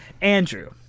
Andrew